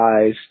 eyes